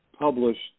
published